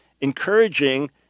encouraging